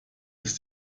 ist